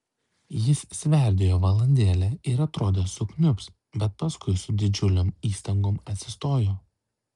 jis sverdėjo valandėlę ir atrodė sukniubs bet paskui su didžiulėm įstangom atsistojo